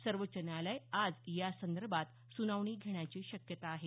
सर्वोच्च न्यायालय आज यासंदर्भात सुनावणी घेण्याची शक्यता आहे